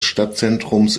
stadtzentrums